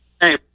Hey